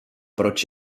proč